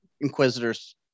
inquisitor's